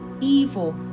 evil